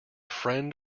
friend